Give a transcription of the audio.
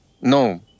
No